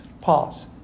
Pause